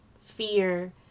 fear